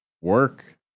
Work